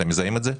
אתם מזהים את זה?